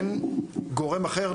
אין גורם אחר,